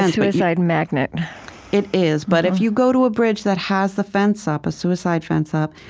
and suicide magnet it is. but if you go to a bridge that has the fence up, a suicide fence up,